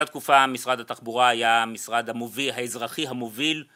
בתקופה משרד התחבורה היה המשרד האזרחי המוביל